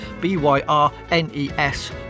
B-Y-R-N-E-S